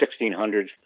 1600s